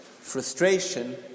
Frustration